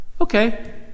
okay